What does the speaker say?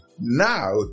Now